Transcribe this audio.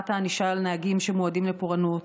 הענישה כלפי נהגים שמועדים לפורענות,